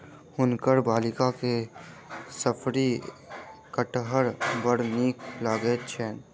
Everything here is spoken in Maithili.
हुनकर बालिका के शफरी कटहर बड़ नीक लगैत छैन